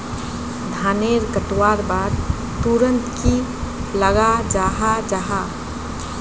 धानेर कटवार बाद तुरंत की लगा जाहा जाहा?